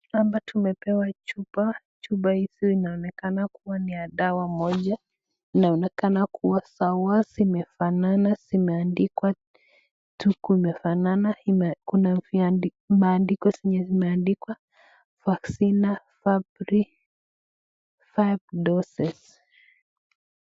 Hapa tumepewa chupa, chupa hizi inaonekana kuwa ni ya dawa moja, inaonekana kuwa sawa, zimefanana, zimeandikwa vitu imefanana, kuna maandiko zenye zimeandikwa vaccina fabri five doses .